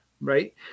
Right